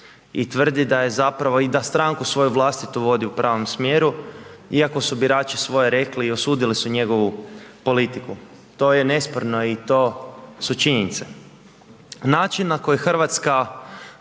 i tvrdi da je zapravo i da stranku svoju vlastitu vodi u pravom smjeru, iako su birači svoje rekli i osudili su njegovu politiku. To je nesporno i to su činjenice. Način na koji Hrvatska